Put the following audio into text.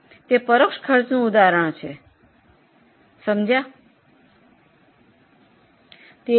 તે પરોક્ષ ખર્ચનું ઉદાહરણ છે તમે સમજી રહ્યા છો